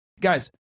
guys